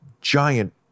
giant